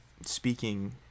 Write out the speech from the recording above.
speaking